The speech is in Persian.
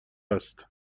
است